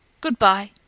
Goodbye